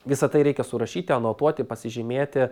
visa tai reikia surašyti anotuoti pasižymėti